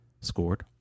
scored